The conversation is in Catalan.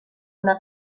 una